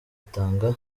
atanga